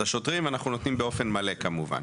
את השוטרים אנחנו נותנים באופן מלא כמובן.